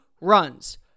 runs